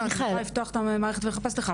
אני יכולה לפתוח את המערכת ולחפש לך.